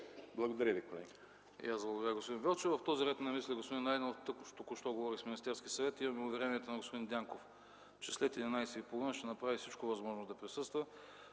Благодаря Ви, колеги.